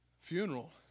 funeral